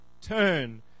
turn